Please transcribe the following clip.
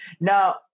Now